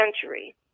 century